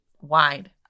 wide